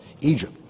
Egypt